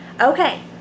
Okay